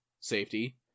safety